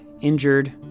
injured